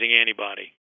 antibody